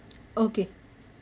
okay